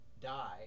die